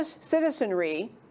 citizenry